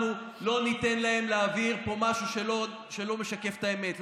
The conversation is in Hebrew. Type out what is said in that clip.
אנחנו לא ניתן להם להעביר פה משהו שלא משקף את האמת.